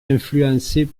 influencés